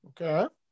Okay